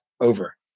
over